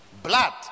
blood